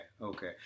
okay